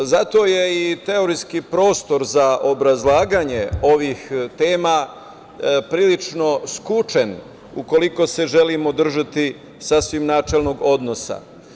Zato je i teorijski prostor za obrazlaganje ovih tema prilično skučen, ukoliko se želimo držati sasvim načelnog odnosa.